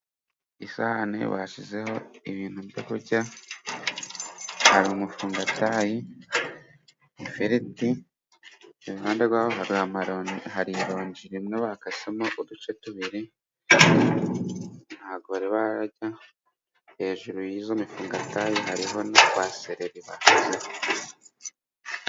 Isahani bashyizeho ibintu byo kurya hari umufungatayi ifiriti iruhande rwayo hari ironji rimwe bakasemo uduce tubiri, ntabwo bararya, hejuru y'izo mufungatayi hariho na twa seleri duhagazeho.